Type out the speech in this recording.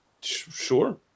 Sure